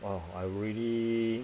!wah! I really